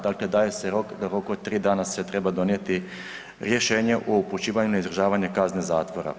Dakle, daje se rok da u roku od 3 dana se treba donijeti rješenje o upućivanju na izdržavanje kazne zatvora.